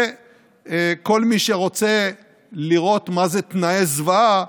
וכל מי שרוצה לראות מה זה תנאי זוועה,